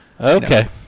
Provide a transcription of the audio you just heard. Okay